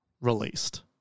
released